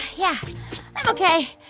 yeah, i'm ok.